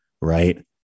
right